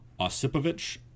Osipovich